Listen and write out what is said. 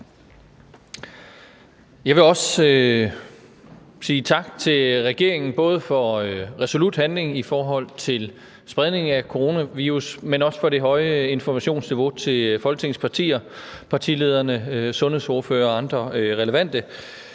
Jeg vil også sige tak til regeringen, både for resolut handling i forhold til at begrænse spredningen af coronavirus og også for det høje informationsniveau til Folketingets partier, partiledere, sundhedsordførere og andre relevante